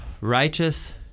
righteous